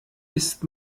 ist